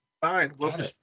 Fine